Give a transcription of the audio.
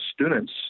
students